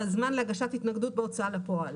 להגשת התנגדות בהוצאה לפועל,